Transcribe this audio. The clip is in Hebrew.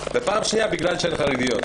ופעם שנייה, בגלל שהן חרדיות.